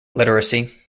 literacy